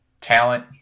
talent